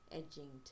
edging